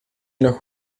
nog